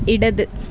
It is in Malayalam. ഇടത്